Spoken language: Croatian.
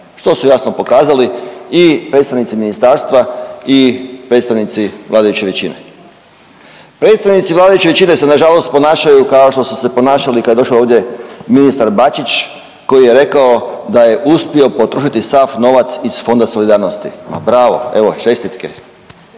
što su jasno pokazali i predstavnici ministarstva i predstavnici vladajuće većini. Predstavnici vladajuće većine se nažalost ponašaju kao što su se ponašali kada je došao ovdje ministar Bačić koji je rekao da uspio potrošiti sav novac iz Fonda solidarnosti, ma bravo evo čestitke,